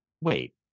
wait